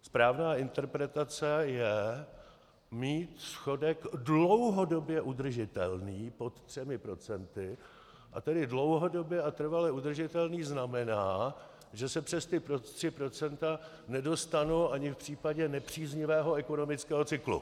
Správná interpretace je mít schodek dlouhodobě udržitelný pod 3 %, a tedy dlouhodobě a trvale udržitelný znamená, že se přes ta 3 % nedostanu ani v případě nepříznivého ekonomického cyklu.